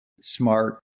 smart